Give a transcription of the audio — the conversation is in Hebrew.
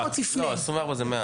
24 שעות זה מעט.